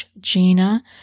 Gina